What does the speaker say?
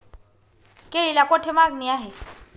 केळीला कोठे मागणी आहे?